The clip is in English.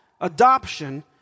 adoption